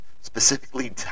Specifically